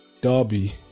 Derby